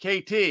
KT